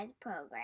program